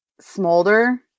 smolder